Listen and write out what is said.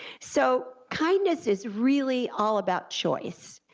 so kindness is really all about choice,